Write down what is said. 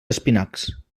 espinacs